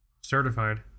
certified